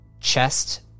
Chest